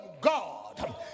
God